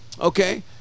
okay